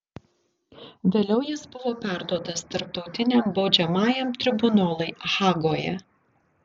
vėliau jis buvo perduotas tarptautiniam baudžiamajam tribunolui hagoje